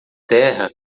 terra